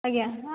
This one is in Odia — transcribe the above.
ଆଜ୍ଞା